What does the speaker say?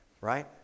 right